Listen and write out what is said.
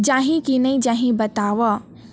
जाही की नइ जाही बताव?